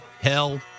hell